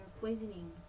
poisoning